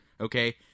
Okay